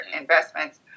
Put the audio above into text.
investments